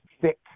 thick